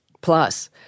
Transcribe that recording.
Plus